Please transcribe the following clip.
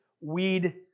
weed